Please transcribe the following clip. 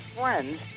friends